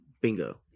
Bingo